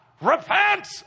Repent